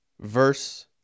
verse